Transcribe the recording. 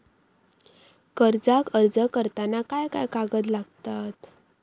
कर्जाक अर्ज करताना काय काय कागद लागतत?